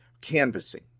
canvassing